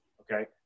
okay